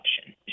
option